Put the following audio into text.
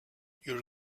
your